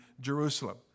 Jerusalem